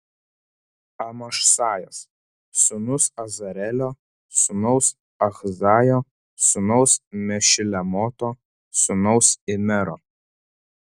amašsajas sūnus azarelio sūnaus achzajo sūnaus mešilemoto sūnaus imero